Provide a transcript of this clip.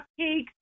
cupcakes